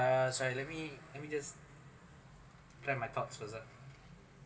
I'm sorry let me let me just try my thoughts was that